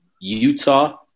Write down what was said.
utah